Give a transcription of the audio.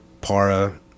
Para